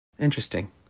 Interesting